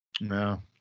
No